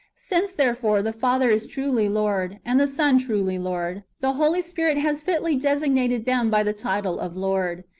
since, therefore, the father is truly lord, and the son truly lord, the holy spirit has fitly designated them by the title of lord.